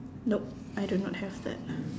nope I do not have that